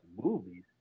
movies